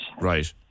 Right